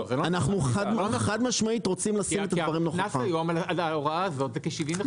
כי הקנס היום על ההוראה הזאת הוא כ- 75 אלף שקלים.